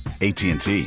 ATT